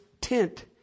tent